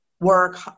work